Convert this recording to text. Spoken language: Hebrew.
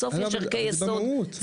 בסוף יש ערכי מוסר,